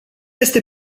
este